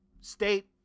state